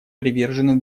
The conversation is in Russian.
привержены